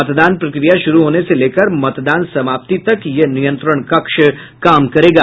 मतदान प्रक्रिया शुरू होने से लेकर मतदान समाप्ति तक यह नियंत्रण कक्ष काम करेगा